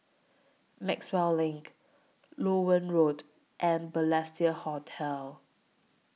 Maxwell LINK Loewen Road and Balestier Hotel